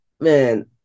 Man